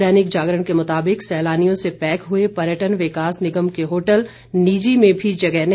दैनिक जागरण के मुताबिक सैलानियों से पैक हुए पर्यटन विकास निगम के होटल निजी में भी जगह नहीं